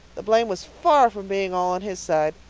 the blame was far from being all on his side.